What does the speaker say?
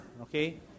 okay